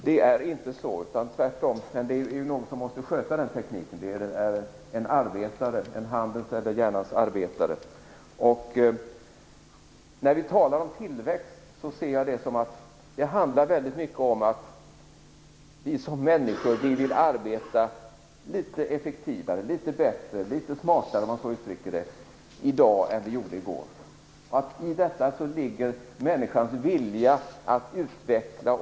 Herr talman! Det är inte så, tvärtom. Någon måste ju sköta tekniken, dvs. en handens eller hjärnans arbetare. När vi talar om tillväxt handlar det väldigt mycket om att vi som människor vill arbeta litet effektivare, litet bättre och litet smartare om man så uttrycker det i dag än vad vi gjorde i går. I detta ligger människans vilja att utvecklas.